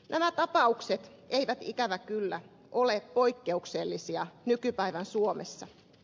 nämä tapaukset eivät ikävä kyllä ole poikkeuksellisia nykypäivän suomessa